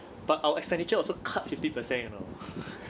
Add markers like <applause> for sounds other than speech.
but our expenditure also cut fifty percent you know <laughs>